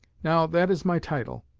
now, that is my title.